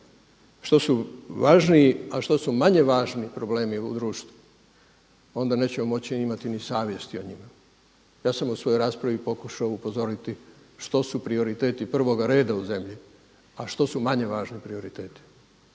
što su važniji, a što su manje važni problemi u društvu onda nećemo moći imati ni savjesti o njima. Ja sam u svojoj raspravi pokušao upozoriti što su prioriteti prvoga reda u zemlji, a što su manje važni prioriteti,